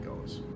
goes